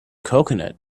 coconut